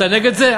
אתה נגד זה?